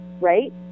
right